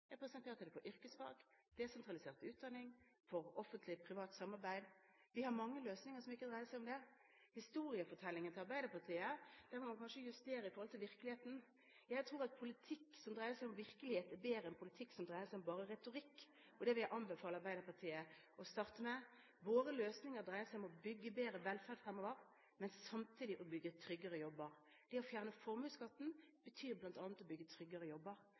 Jeg presenterte det for yrkesfag, for desentralisert utdanning, for offentlig-privat samarbeid – vi har mange løsninger som ikke dreier seg om skatt. Historiefortellingen til Arbeiderpartiet må man kanskje justere i forhold til virkeligheten. Jeg tror at politikk som dreier seg om virkelighet, er bedre enn politikk som dreier seg bare om retorikk, og det vil jeg anbefale Arbeiderpartiet å starte med. Våre løsninger dreier seg om å bygge bedre velferd fremover, men samtidig om å bygge tryggere jobber. Det å fjerne formuesskatten betyr bl.a. å bygge tryggere jobber.